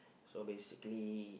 so basically